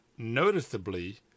Noticeably